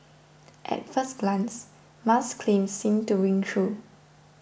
at first glance Musk's claim seems to ring true